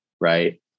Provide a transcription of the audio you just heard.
right